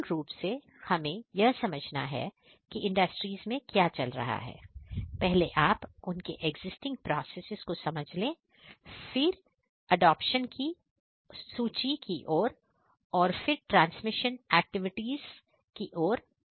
मूल रूप से हमें यह समझना है कि इंडस्ट्रीज में क्या चल रहा है पहले आप उनके एक्जिस्टिंग प्रोसेस को समझ ले फिर एडॉप्शन की ओर सूची और फिर ट्रांसफॉरमेशन एक्टिविटीज जैकलिन